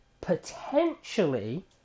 potentially